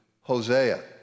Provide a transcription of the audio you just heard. Hosea